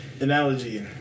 analogy